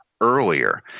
earlier